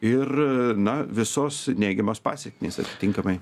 ir na visos neigiamos pasekmės atitinkamai